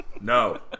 no